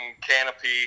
canopy